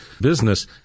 business